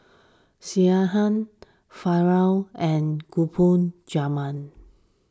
Sekihan Falafel and Gulab Jamun